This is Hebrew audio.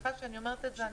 סליחה שאני אומרת את זה.